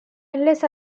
unless